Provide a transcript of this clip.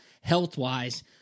health-wise